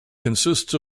consists